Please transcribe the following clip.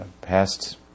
past